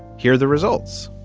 here are the results.